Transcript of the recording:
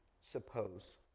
suppose